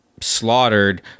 Slaughtered